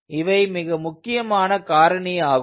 இவை மிக முக்கியமான காரணியாகும்